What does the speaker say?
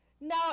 No